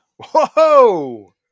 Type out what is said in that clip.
Whoa